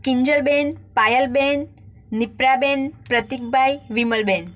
Kinjalben Payalben Nipraben Pratikbhai Vimalben